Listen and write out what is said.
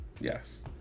yes